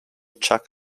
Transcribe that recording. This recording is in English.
chuck